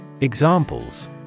Examples